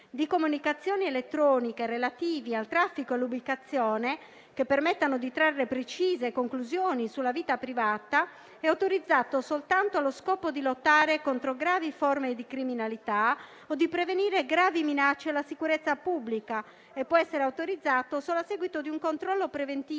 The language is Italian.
di comunicazioni elettroniche relative al traffico e all'ubicazione che permettano di trarre precise conclusioni sulla vita privata è autorizzato soltanto allo scopo di lottare contro gravi forme di criminalità o di prevenire gravi minacce alla sicurezza pubblica e può essere autorizzato solo a seguito di un controllo preventivo